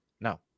No